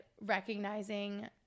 recognizing –